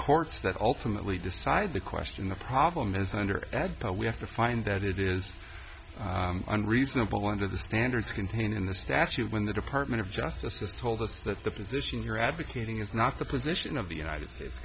courts that ultimately decide the question the problem is under the we have to find that it is unreasonable under the standards contained in the statute when the department of justice is told us that the position you're advocating is not the position of the united states